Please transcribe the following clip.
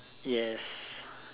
yes